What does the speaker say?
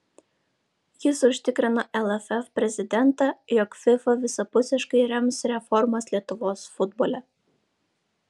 jis užtikrino lff prezidentą jog fifa visapusiškai rems reformas lietuvos futbole